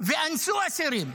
ואנסו אסירים.